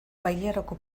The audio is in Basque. bailarako